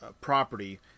property